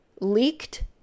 leaked